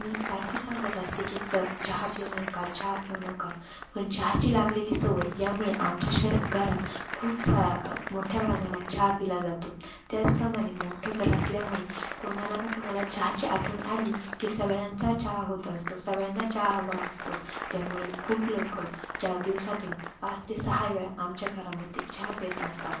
मी सारखी सांगत असते की प चहा पिऊ नका चहा पिऊ नका पण चहाची लागलेली सवय यामुळे आमच्या शर घरात खूप सा मोठ्या प्रमाणात चहा पिला जातो त्याचप्रमाणे मोठ्ठं घर असल्यामुळे कोणाला ना कोणाला चहाची आठवण आली की सगळ्यांचा चहा होत असतो सगळ्यांना चहा हवा असतो त्यामुळे खूप लोकं ज्या दिवसातून पाच ते सहा वेळा आमच्या घरामध्ये चहा पीत असतात